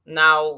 now